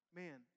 man